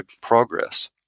progress